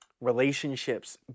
relationships